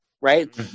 right